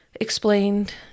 explained